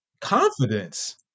confidence